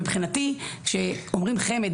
מבחינתי כשאומרים חמ"ד,